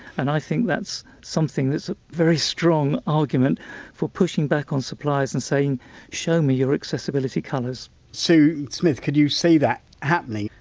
and i think that's something that's a very strong argument for pushing back on suppliers and saying show me your accessibility colours sue smith, could you see that happening?